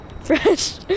fresh